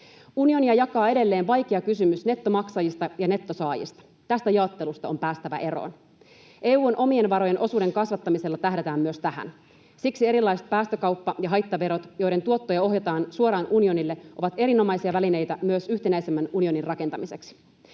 Unionia jakaa edelleen vaikea kysymys nettomaksajista ja nettosaajista. Tästä jaottelusta on päästävä eroon. EU:n omien varojen osuuden kasvattamisella tähdätään myös tähän. Siksi erilaiset päästökauppa- ja haittaverot, joiden tuottoja ohjataan suoraan unionille, ovat erinomaisia välineitä myös yhtenäisemmän unionin rakentamiseksi.